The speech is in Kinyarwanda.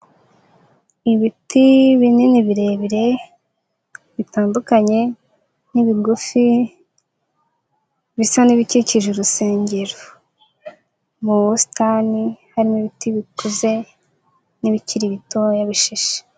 Ibiti binini birebire, bitandukanye n'ibigufi, bisa n'ibikikije urusengero. Mu busitani harimo ibiti bikuze n'ibikiri bitoya bishishe.